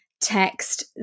text